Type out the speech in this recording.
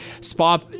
spa